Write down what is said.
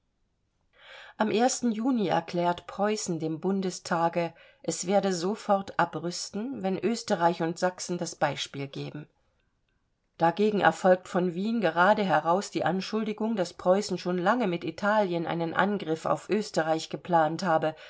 am juni erklärt preußen dem bundestage es werde sofort abrüsten wenn österreich und sachsen das beispiel geben dagegen erfolgt von wien geradeheraus die anschuldigung daß preußen schon lange mit italien einen angriff auf österreich geplant habe